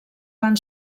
van